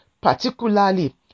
particularly